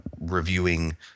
reviewing